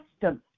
custom